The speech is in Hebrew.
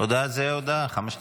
הודעה זאת הודעה, חמש דקות.